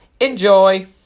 Enjoy